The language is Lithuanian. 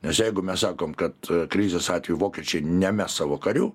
nes jeigu mes sakom kad krizės atveju vokiečiai nemes savo karių